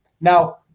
now